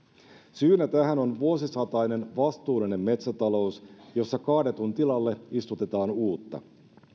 syynä tähän on vuosisatainen vastuullinen metsätalous jossa kaadetun tilalle istutetaan uutta